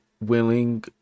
willing